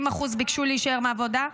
70% ביקשו להישאר בעבודה,